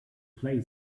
play